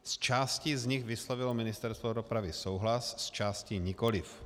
S částí z nich vyslovilo Ministerstvo dopravy souhlas, s částí nikoliv.